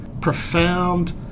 profound